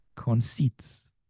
Conceits